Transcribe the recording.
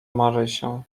marysię